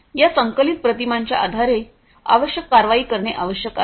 या संकलित प्रतिमांच्या आधारे आवश्यक कारवाई करणे आवश्यक आहे